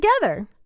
together